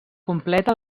completa